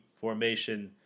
formation